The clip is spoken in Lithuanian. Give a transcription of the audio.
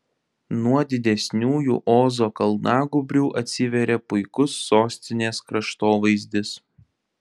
nuo didesniųjų ozo kalnagūbrių atsiveria puikus sostinės kraštovaizdis